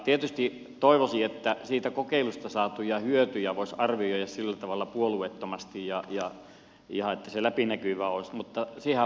tietysti toivoisi että siitä kokeilusta saatuja hyötyjä voisi arvioida sillä tavalla puolueettomasti ja ihan niin että se olisi läpinäkyvää